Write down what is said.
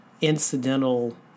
incidental